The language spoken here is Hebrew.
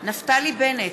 נפתלי בנט,